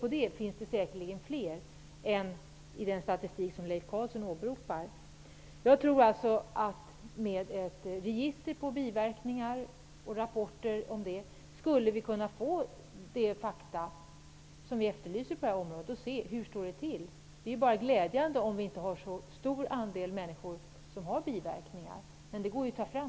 Det finns säkerligen fler än vad som framgår i den statistik som Leif Carlson åberopar. Jag tror att med ett register på biverkningar skulle vi få fram de fakta vi efterlyser på området. Då skulle vi se hur det står till. Det är bara glädjande om det inte är en så stor andel människor som har biverkningar. Det går ju att få fram.